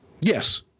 Yes